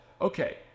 okay